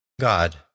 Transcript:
God